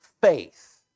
faith